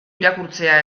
irakurtzea